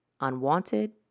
unwanted